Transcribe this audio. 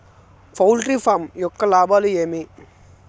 poultry farm యొక్క లాభాలు ఏమి